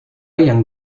yang